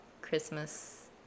Christmas